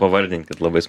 pavardinkit labais